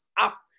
up